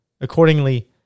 Accordingly